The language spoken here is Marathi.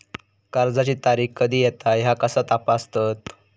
कर्जाची तारीख कधी येता ह्या कसा तपासतत?